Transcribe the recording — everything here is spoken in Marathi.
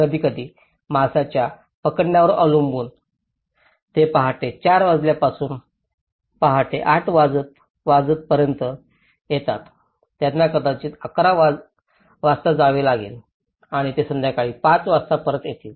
कधीकधी माशाच्या पकड्यावर अवलंबून ते पहाटे चार वाजल्यापासून पहाटे आठ वाजता परत येतील त्यांना कदाचित 1100 वाजता जावे लागेल आणि ते संध्याकाळी 500 वाजता परत येतील